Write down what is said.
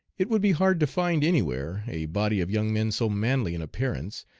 it would be hard to find anywhere a body of young men so manly in appearance,